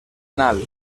anal